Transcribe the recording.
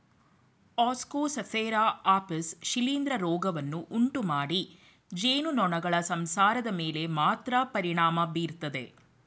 Ascosphaera apis ಶಿಲೀಂಧ್ರ ರೋಗವನ್ನು ಉಂಟುಮಾಡಿ ಜೇನುನೊಣಗಳ ಸಂಸಾರದ ಮೇಲೆ ಮಾತ್ರ ಪರಿಣಾಮ ಬೀರ್ತದೆ